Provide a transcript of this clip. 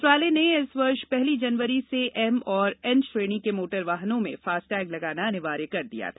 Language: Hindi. मंत्रालय ने इस वर्ष पहली जनवरी से एम और एन श्रेणी के मोटर वाहनों में फास्टैग लगाना अनिवार्य कर दिया था